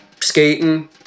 skating